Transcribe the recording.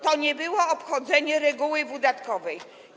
To nie było obchodzenie reguły wydatkowej.